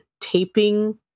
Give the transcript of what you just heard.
taping